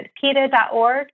PETA.org